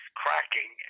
cracking